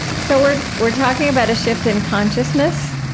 so we're we're talking about a shift in consciousness,